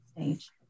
stage